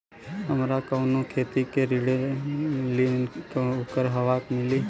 हमरा कवनो खेती के लिये ऋण कइसे अउर कहवा मिली?